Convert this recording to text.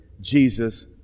Jesus